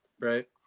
right